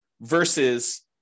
versus